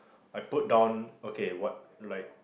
I put down okay what like